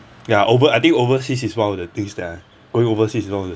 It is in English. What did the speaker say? ya over~ I think overseas is one of the things that I going overseas is one of the